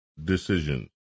Decision